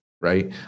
right